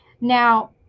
now